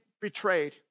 betrayed